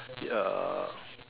ya